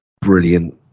Brilliant